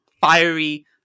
fiery